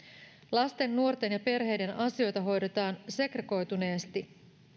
lasten nuorten ja perheiden asioita hoidetaan segregoituneesti